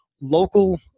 local